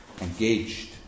Engaged